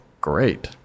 great